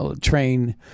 train